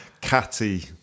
Catty